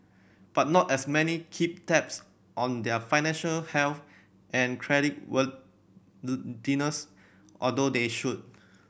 but not as many keep tabs on their financial health and credit although they should